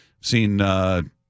seen –